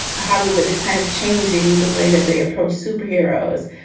hollywood is kind of changing the way that they approach superheroes.